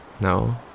No